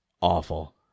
awful